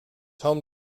home